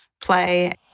play